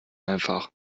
einfach